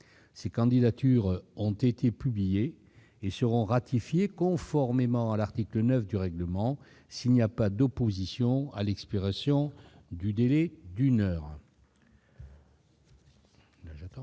Ces candidatures ont été publiées et seront ratifiées, conformément à l'article 9 du règlement, s'il n'y a pas d'opposition à l'expiration du délai d'une heure. Le Conseil